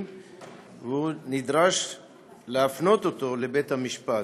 והוא נדרש להפנות אותו לבית-המשפט.